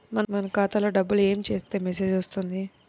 మన ఖాతాలో డబ్బులు ఏమి చేస్తే మెసేజ్ వస్తుంది?